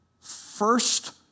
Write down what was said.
first